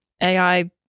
AI